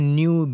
new